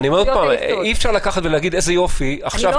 אני אומר שוב שאי אפשר להגיד: תראו איזה יופי עכשיו,